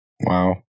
wow